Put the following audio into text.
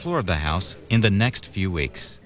floor of the house in the next few weeks